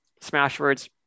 Smashwords